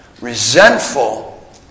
resentful